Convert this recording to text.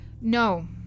No